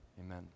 amen